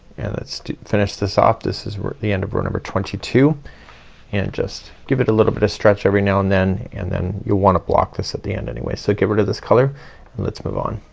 and let's finish this off. this is the end of row number twenty two and just give it a little bit of stretch every now and then and then you wanna block this at the end anyway. so get rid of this color let's move on.